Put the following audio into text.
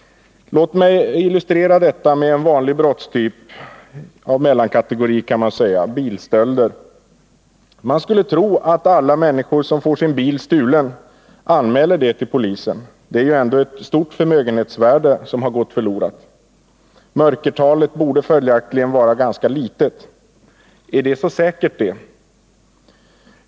Låt mig illustrera detta med en vanlig brottstyp i mellankategorin, nämligen bilstölder. Man skulle tro att alla människor som får sin bil stulen anmäler detta till polisen — det är ju ändå ett stort förmögenhetsvärde som har gått förlorat. Mörkertalet borde följaktligen vara ganska litet. Är detta så säkert?